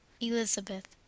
Elizabeth